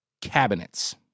cabinets